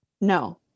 No